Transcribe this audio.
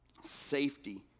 Safety